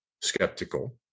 skeptical